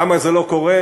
למה זה לא קורה?